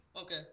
Okay